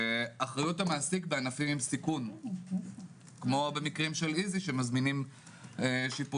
אחריות המעסיק בענפים עם סיכון כמו במקרים של איזי כשמזמינים שיפוצניק.